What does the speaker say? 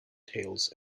tails